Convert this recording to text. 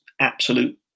absolute